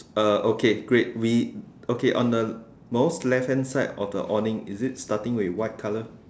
uh okay great we okay on the most left hand side of the awning is it starting with white colour